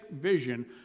vision